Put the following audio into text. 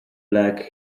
black